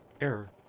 Error